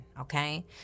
okay